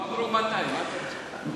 לא אמרו מתי, מה אתה רוצה.